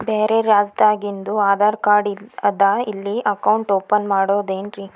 ಬ್ಯಾರೆ ರಾಜ್ಯಾದಾಗಿಂದು ಆಧಾರ್ ಕಾರ್ಡ್ ಅದಾ ಇಲ್ಲಿ ಅಕೌಂಟ್ ಓಪನ್ ಮಾಡಬೋದೇನ್ರಿ?